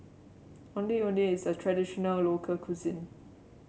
Ondeh Ondeh is a traditional local cuisine